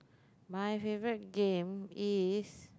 my favourite game is